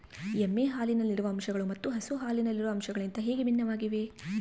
ಎಮ್ಮೆ ಹಾಲಿನಲ್ಲಿರುವ ಅಂಶಗಳು ಮತ್ತು ಹಸು ಹಾಲಿನಲ್ಲಿರುವ ಅಂಶಗಳಿಗಿಂತ ಹೇಗೆ ಭಿನ್ನವಾಗಿವೆ?